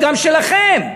גם שלכם.